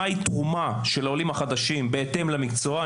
התרומה של העולים החדשים בהתאם למקצוע.